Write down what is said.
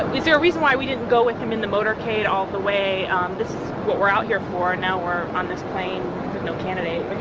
is there a reason why we didn't go with him in the motorcade all the way? um this is what we're out here for and now we're on this plane with no candidate.